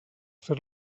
fer